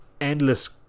Endless